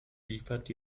liefert